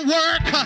work